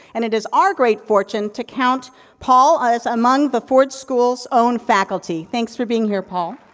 and, it is our great fortune to count paul as among the ford school's own faculty. thanks for being here, paul.